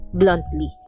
bluntly